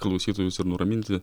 klausytojus ir nuraminti